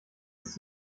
ist